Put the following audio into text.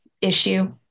issue